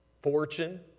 Fortune